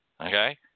Okay